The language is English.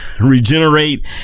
regenerate